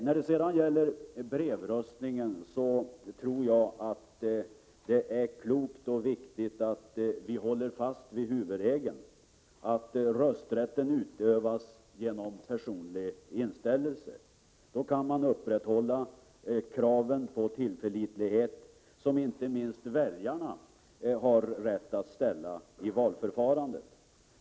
När det sedan gäller brevröstningen tror jag att det är klokt och viktigt att vi håller fast vid huvudregeln, att rösträtten utövas genom personlig 131 inställelse. Då kan man upprätthålla kravet på tillförlitlighet i valförfarandet, som inte minst väljarna har rätt att ställa.